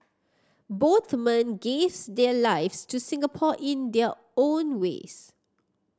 both men gave their lives to Singapore in their own ways